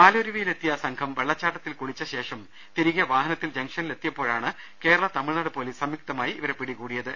പാലരുവിയിലെത്തിയ സംഘം വെള്ളച്ചാട്ടത്തിൽ കുളിച്ച ശേഷം തിരികെ വാഹനത്തിൽ ജം ങ് ഷനിലെത്തിയപ്പോഴാണ് കേരള തമിഴ്നാട് പൊലീസ് സംയുക്തമായി പിടികൂടിയത്